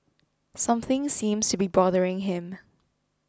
something seems to be bothering him